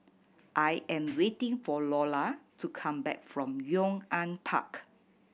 I am waiting for Lola to come back from Yong An Park